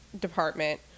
department